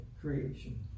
creation